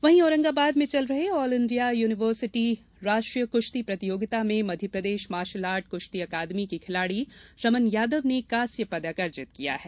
वहीं औरंगाबाद में चल रहे ऑल इंडिया यूनिवर्सिटी राष्ट्रीय कुश्ती प्रतियोगिता में मध्यप्रदेश मार्शल आर्ट कुश्ती अकादमी की खिलाड़ी रमन यादव ने कांस्य पदक अर्जित किया हैं